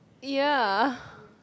ya